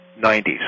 90s